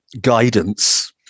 guidance